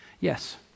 Yes